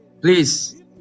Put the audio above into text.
Please